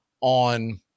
on